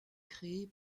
créée